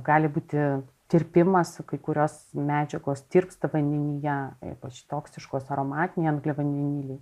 gali būti tirpimas kai kurios medžiagos tirpsta vandenyje ypač toksiškos aromatiniai angliavandeniliai